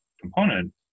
component